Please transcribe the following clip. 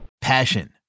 Passion